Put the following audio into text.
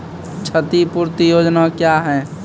क्षतिपूरती योजना क्या हैं?